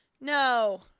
No